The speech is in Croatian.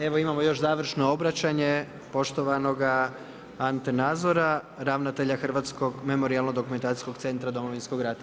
Evo imamo još završno obraćanje poštovanog Ante Nazora, ravnatelja Hrvatskoj memorijalno-dokumentacijskog centra Domovinskog rata.